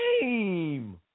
game